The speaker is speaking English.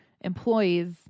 employees